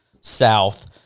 south